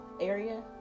area